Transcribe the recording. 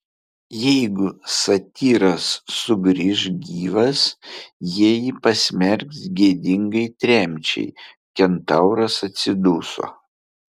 jeigu satyras sugrįš gyvas jie jį pasmerks gėdingai tremčiai kentauras atsiduso